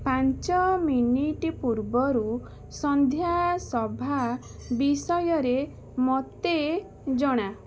ପାଞ୍ଚ ମିନିଟ୍ ପୂର୍ବରୁ ସନ୍ଧ୍ୟା ସଭା ବିଷୟରେ ମୋତେ ଜଣା